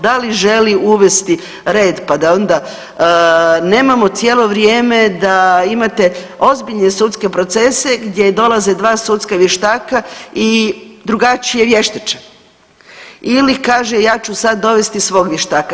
Da li želi uvesti red pa da onda nemamo cijelo vrijeme da imate ozbiljne sudske procese gdje dolaze 2 sudska vještaka i drugačije vještače ili kaže, ja ću sad dovesti svog vještaka.